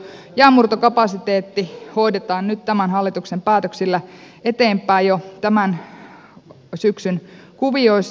jäänmurtokapasiteetti hoidetaan nyt tämän hallituksen päätöksillä eteenpäin jo tämän syksyn kuvioissa